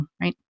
right